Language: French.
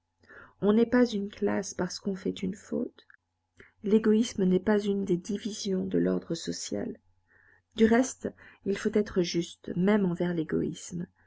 on n'est pas une classe parce qu'on fait une faute l'égoïsme n'est pas une des divisions de l'ordre social du reste il faut être juste même envers l'égoïsme